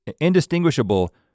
indistinguishable